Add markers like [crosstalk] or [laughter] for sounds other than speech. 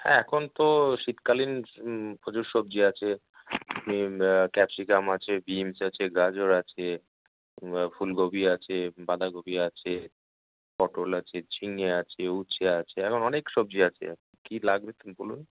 হ্যাঁ এখন তো শীতকালীন প্রচুর সবজি আছে ক্যাপসিকাম আছে বিনস আছে গাজর আছে ফুলকপি আছে বাঁধাকপি আছে পটল আছে ঝিঙে আছে উচ্ছে আছে এখন অনেক সবজি আছে কী লাগবে [unintelligible] কী বলুন